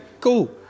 Cool